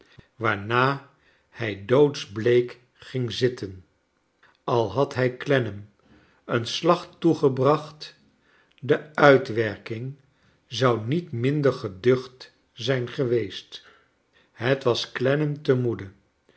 waarna hij doodsbleek ging zitten al had hij clennam een slag toegebracht de uitwerking zou niet minder geducht zijn geweest het was clennam te moede